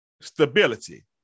stability